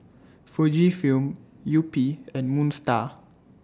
Fujifilm Yupi and Moon STAR